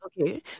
Okay